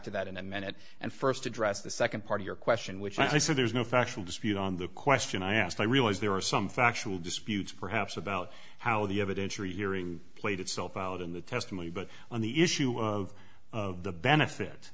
to that in a minute and first address the second part of your question which i said there's no factual dispute on the question i asked i realize there are some factual disputes perhaps about how the evidentiary hearing played itself out in the testimony but on the issue of the benefit